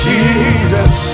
Jesus